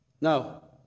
No